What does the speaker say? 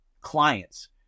clients